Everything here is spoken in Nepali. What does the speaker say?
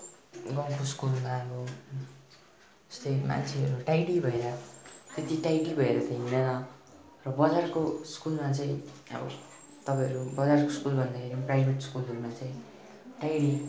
गाउँको स्कुलमा अब जस्तै मान्छेहरू टाइडी भएर त्यती टाइडी भएर त हिँड्दैन र बजारको स्कुलमा चाहिँ अब तपाईँहरू बजारको स्कुल भन्दाखेरि प्राइभेट स्कुलहरूमा चाहिँ टाइडी